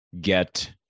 Get